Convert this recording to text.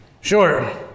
Sure